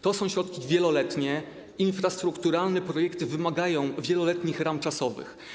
To są środki wieloletnie, infrastrukturalne projekty wymagają wieloletnich ram czasowych.